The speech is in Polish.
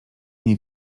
nie